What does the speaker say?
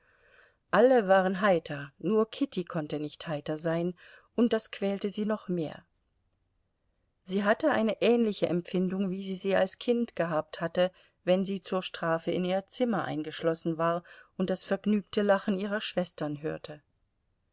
alle waren heiter nur kitty konnte nicht heiter sein und das quälte sie noch mehr sie hatte eine ähnliche empfindung wie sie sie als kind gehabt hatte wenn sie zur strafe in ihr zimmer eingeschlossen war und das vergnügte lachen ihrer schwestern hörte